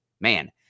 Man